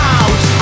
out